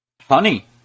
Honey